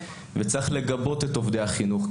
צריך לגבות את עובדי החינוך,